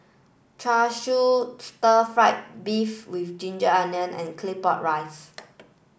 Char Siu Stir Fried Beef with Ginger Onions and Claypot Rice